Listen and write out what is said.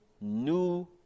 new